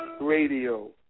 Radio